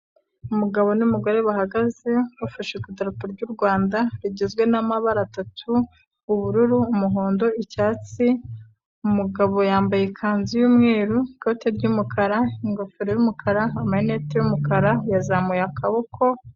Umugabo n'umugore bahagaze bafashe ku idarapo ry'u Rwanda rigizwe n'amabara atatu ubururu, umuhondo, icyatsi, umugabo yambaye ikanzu y'umweru ikote ry'umukara, ingofero y'umukara, amerinete y'umukara yazamuye akaboko.